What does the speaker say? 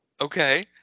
Okay